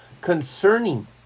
concerning